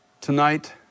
Tonight